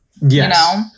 yes